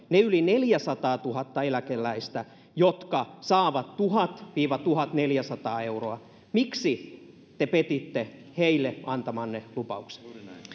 ne yli neljäsataatuhatta eläkeläistä jotka saavat tuhat viiva tuhatneljäsataa euroa miksi te petitte heille antamanne lupauksen